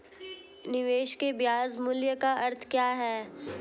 निवेश के ब्याज मूल्य का अर्थ क्या है?